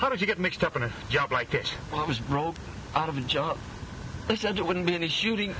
how did you get mixed up in a job like it was rolled out of a job but said it wouldn't be any shooting